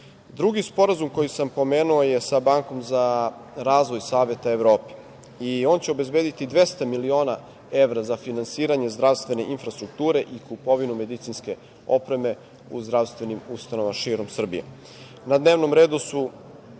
tima. Drugi sporazum koji sam pomenuo je sa Bankom za razvoj Saveta Evrope. On će obezbediti 200 miliona evra za finansiranje zdravstvene infrastrukture i kupovinu medicinske opreme u zdravstvenim ustanovama širom Srbije. Na dnevnom redu su